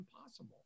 impossible